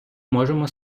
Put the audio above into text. можемо